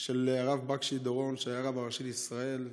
של הרב בקשי דורון שהיה רב הראשי לישראל,